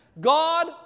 God